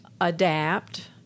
adapt